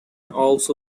also